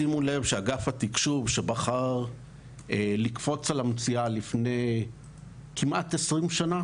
שימו לב שאגף התקשוב שבחר לקפוץ על המציאה לפני כמעט 20 שנה,